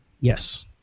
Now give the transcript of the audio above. Yes